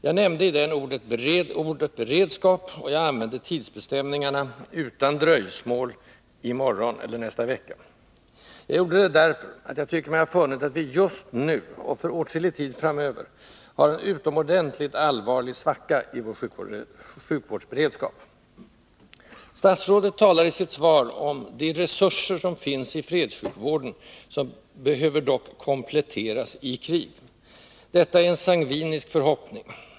Jag nämnde i den ordet ”beredskap”, och jag använde tidsbestämningarna ”utan dröjsmål”, ”i morgon eller nästa vecka”. Jag gjorde det därför att jag tycker mig ha funnit att vi just nu, och för åtskillig tid framöver, har en utomordentligt allvarlig svacka i vår sjukvårdsberedskap. Statsrådet talar i sitt svar om att ”de resurser som finns i fredssjukvården ——- behöver dock kompletteras i krig”. Detta är en sangvinisk förhoppning.